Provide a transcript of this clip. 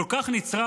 כל כך נצרך,